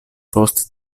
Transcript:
post